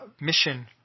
mission